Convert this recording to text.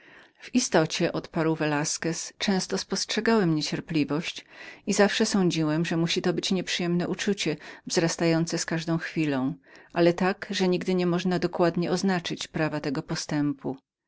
w istocie odparł velasquez często uważałem w drugich niecierpliwość i zawsze sądziłem że musiało to być nieprzyjemne uczucie wzrastające z każdą chwilą ale tak że nigdy nie można było dokładnie odznaczyć prawa tego postępu